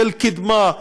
של קדמה,